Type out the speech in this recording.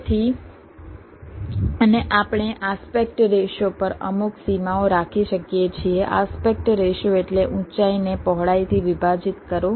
તેથી અને આપણે આસ્પેક્ટ રેશિયો પર અમુક સીમાઓ રાખી શકીએ છીએ આસ્પેક્ટ રેશિયો એટલે ઊંચાઈને પહોળાઈથી વિભાજિત કરો